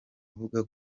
avuga